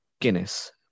Guinness